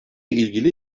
ilgili